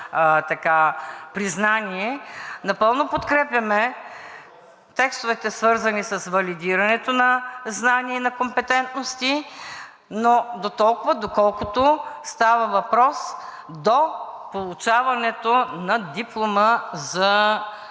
признание. Напълно подкрепяме текстовете, свързани с валидирането на знания и на компетентности, но дотолкова, доколкото става въпрос до получаването на диплома за